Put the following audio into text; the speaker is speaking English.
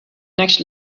next